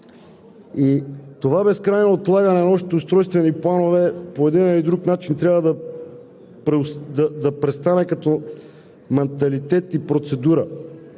и това безкрайно отлагане на общите устройствени планове по един или друг начин трябва да престане като манталитет и процедура.